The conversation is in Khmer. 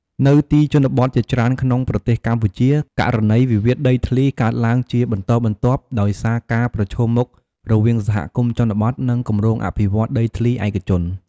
នៅទីជនបទជាច្រើនក្នុងប្រទេសកម្ពុជា ករណីវិវាទដីធ្លីកើតឡើងជាបន្តបន្ទាប់ ដោយសារការប្រឈមមុខរវាងសហគមន៍ជនបទនិងគម្រោងអភិវឌ្ឍដីធ្លីឯកជន។